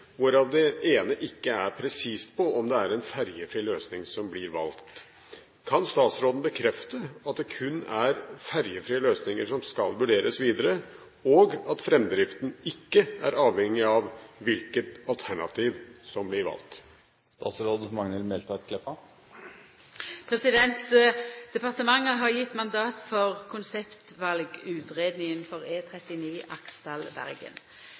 hvorav det ene ikke er presist på om det er en ferjefri løsning som blir valgt. Kan statsråden bekrefte at det kun er ferjefrie løsninger som skal vurderes videre, og at fremdriften ikke er avhengig av hvilket alternativ som blir valgt?» Departementet har gjeve mandat for konseptvalutgreiinga for